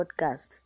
podcast